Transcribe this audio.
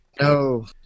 No